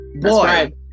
boy